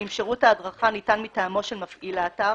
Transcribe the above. אם שירות ההדרכה ניתן מטעמו של מפעיל האתר,